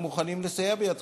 אנחנו מוכנים לסייע בידכם.